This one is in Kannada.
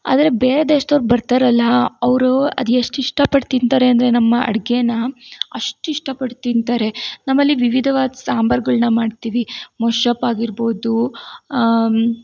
ಆದರೆ ಬೇರೆ ದೇಶ್ದವ್ರು ಬರ್ತಾರಲ್ಲಾ ಅವರು ಅದೆಷ್ಟು ಇಷ್ಟಪಟ್ಟು ತಿಂತಾರೆ ಅಂದರೆ ನಮ್ಮ ಅಡುಗೇನ ಅಷ್ಟು ಇಷ್ಟಪಟ್ಟು ತಿಂತಾರೆ ನಮ್ಮಲ್ಲಿ ವಿವಿಧವಾದ ಸಾಂಬಾರುಗಳ್ನ ಮಾಡ್ತೀವಿ ಮೊಸಪ್ಪು ಆಗಿರ್ಬೋದು